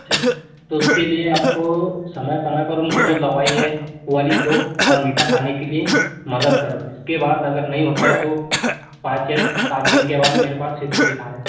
अच्छा तो उसके लिए आपको समय समय उनको दवाई है वो वाली दो और मीठा खाने के लिए मदद करो इसके बाद अगर नहीं होता है तो पाँच या सात दिन के बाद मेरे पास फिर से दिखा देना